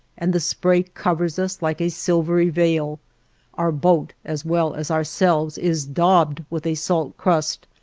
and the spray covers us like a silvery veil our boat as well as ourselves is daubed with a salt crust,